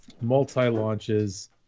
multi-launches